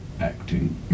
acting